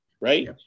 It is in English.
Right